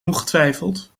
ongetwijfeld